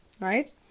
right